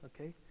okay